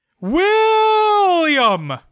William